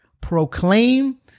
proclaim